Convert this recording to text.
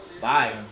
Bye